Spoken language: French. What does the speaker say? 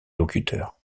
locuteurs